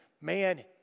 man